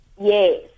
Yes